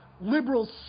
liberals